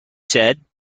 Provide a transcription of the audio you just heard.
said